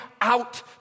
out